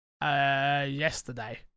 Yesterday